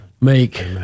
Make